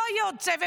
לא יהיה עוד סבב,